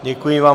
Děkuji vám.